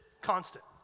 constant